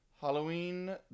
Halloween